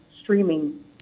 streaming